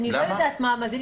אני לא יודעת מה זה.